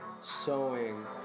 sewing